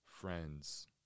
friends